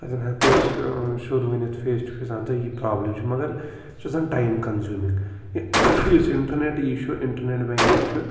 تَتٮ۪ن ہٮ۪کو أسۍ سیوٚد ؤنِتھ فیس ٹُہ فیس اَہَن سا یہِ پرٛابلِم چھِ مگر یہِ چھُ آسان ٹایم کَنزیوٗمِنٛگ یُس اِنٹَرنیٚٹ یہِ چھُ اِنٹَرنیٚٹ بٮ۪نٛکِنٛگ چھُ